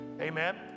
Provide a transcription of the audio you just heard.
amen